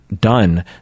done